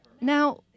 now